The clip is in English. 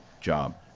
job